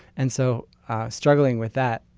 and so struggling with that,